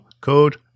code